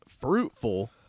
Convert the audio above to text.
fruitful